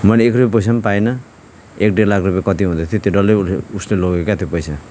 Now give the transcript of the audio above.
मैले एक रुपियाँ पैसा पनि पाइनँ एक डेढ लाख रुपियाँ कति हुँदैथ्यो त्यो डल्लै उस उसले लग्यो क्या त्यो पैसा